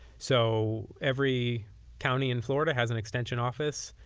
so every county in florida has an extension office,